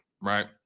right